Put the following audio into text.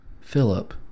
Philip